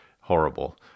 horrible